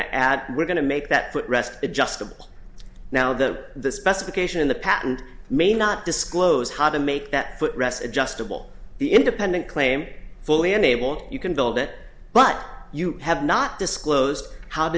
to add we're going to make that foot rest adjustable now the the specification in the patent may not disclose how to make that put rest adjustable the independent claim fully enable you can do all that but you have not disclosed how